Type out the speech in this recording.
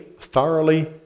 thoroughly